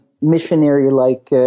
missionary-like